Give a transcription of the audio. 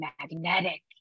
magnetic